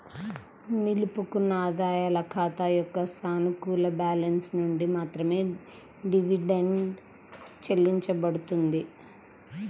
నిలుపుకున్న ఆదాయాల ఖాతా యొక్క సానుకూల బ్యాలెన్స్ నుండి మాత్రమే డివిడెండ్ చెల్లించబడుతుంది